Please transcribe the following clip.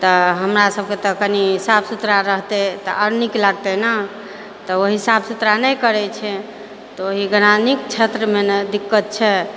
तऽ हमरासबके तऽ कनी साफ सुथरा रहतै तऽ आओर नीक लगतै ने तऽ वही साफ सुथरा नहि करै छै तऽ वही ग्रामीण क्षेत्रमे ने दिक्कत छै